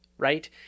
right